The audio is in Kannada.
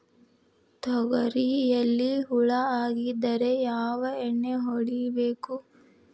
ತೊಗರಿಯಲ್ಲಿ ಹುಳ ಆಗಿದ್ದರೆ ಯಾವ ಎಣ್ಣೆ ಹೊಡಿಬೇಕು?